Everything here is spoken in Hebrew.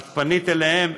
את פנית אליהם?